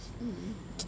mm